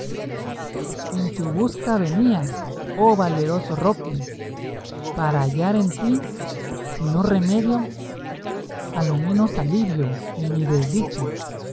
en tu busca venía oh valeroso roque para hallar en ti si no remedio a lo menos alivio en mi desdicha